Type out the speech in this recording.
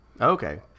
Okay